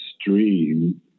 stream